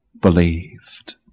believed